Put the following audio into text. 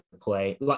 play